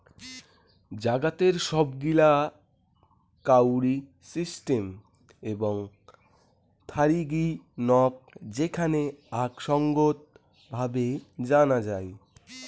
জাগাতের সব গিলা কাউরি সিস্টেম এবং থারিগী নক যেখানে আক সঙ্গত ভাবে জানা যাই